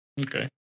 Okay